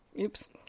oops